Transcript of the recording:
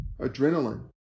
adrenaline